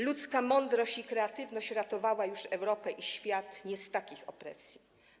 Ludzka mądrość i kreatywność ratowały już Europę i świat nie z takich opresji.